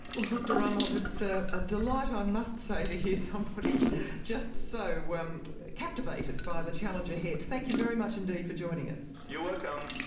well, dr reimelt, it's a ah delight i must say to hear somebody just so captivated by the challenge ahead. thank you very much indeed for joining us. you're welcome.